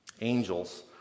angels